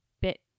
bit